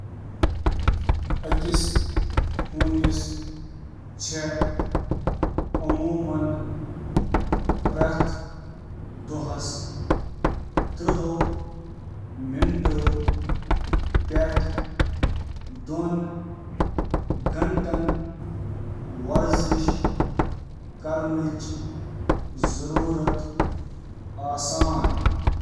ہونٮ۪ن ہٕنٛز پرٛٮ۪تھ دۄہ ورزشٕچ مقدار چھِ واریٛاہَن عُنصرَن پٮ۪ٹھ منحصر یِمَن منٛز تِہنٛز وٲنٛس، نسل، سائز تہٕ مجموعی صحت شٲمِل چھِ۔ اَکھ عام اصوٗل چُھ یہِ زِ ہونٮ۪ن چُھ دۄہس, ترٕہ مِنٹن پیٚٹھٕ دۄن گٲنٛٹن ہِنٛز ورزش کرنٕچ ضٔروٗرت آسان۔